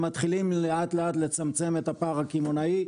מתחילים לאט-לאט לצמצם את הפער הקמעונאי,